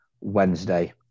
Wednesday